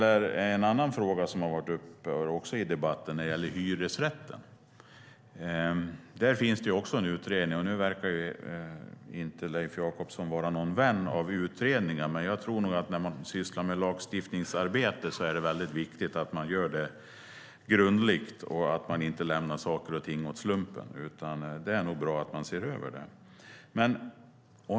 En annan fråga som har varit uppe i debatten är hyresrätten. Där finns det också en utredning. Leif Jakobsson verkar inte vara någon vän av utredningar. Men jag tror nog att det, när man sysslar med lagstiftningsarbete, är viktigt att göra det grundligt och inte lämna saker och ting åt slumpen. Det är nog bra att man ser över det.